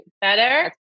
better